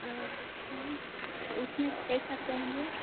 अच्छा उसमें कैसा चाहिए